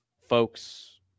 folks